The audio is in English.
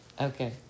Okay